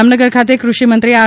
જામનગર ખાતે કૃષિમંત્રી આર